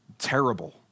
terrible